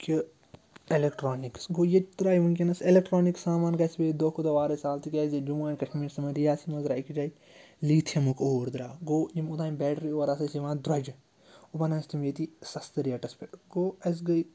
کہِ اٮ۪لٮ۪کٹرٛانِکٕس گوٚو ییٚتہِ درٛاے وٕنۍکٮ۪نَس اٮ۪لٮ۪کٹرٛانِک سامان گَژھِ وۄنۍ ییٚتہِ دۄہ کھۄ دۄہ وارَے سہل تِکیٛازِ ییٚتہِ جموں اینٛڈ کشمرسٕے منٛز رِیاسی منٛز درٛاے أکِس جاے لیٖتھِیَمُک اور درٛاو گوٚو یِم اوٚتام بیٹری اورٕ آسہٕ اَسہِ یِوان درٛوٚجہٕ وۄنۍ آسہِ تِم ییٚتی سستہٕ ریٹس پٮ۪ٹھ گوٚو اَسہِ گٔے